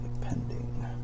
pending